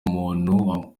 umuntu